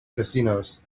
casinos